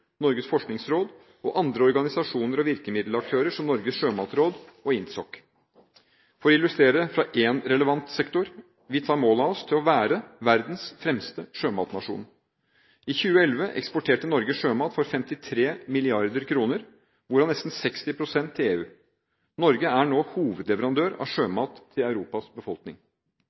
Norges forskningsråd og andre organisasjoner og virkemiddelaktører, som Norges sjømatråd og INTSOK. For å illustrere fra én relevant sektor: Vi tar mål av oss til å være verdens fremste sjømatnasjon. I 2011 eksporterte Norge sjømat for 53 mrd. kr, hvorav nesten 60 pst. til EU. Norge er nå hovedleverandør av sjømat til Europas befolkning.